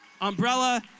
Umbrella